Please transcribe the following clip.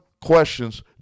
questions